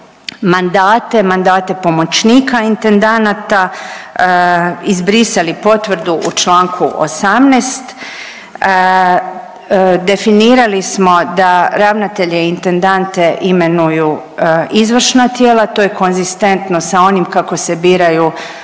mandate, mandate pomoćnika intendanata, izbrisali potvrdu u čl. 18, definirali smo da ravnatelje i intendante imenuju izvršna tijela, to je konzistentno sa onim kako se biraju